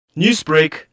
Newsbreak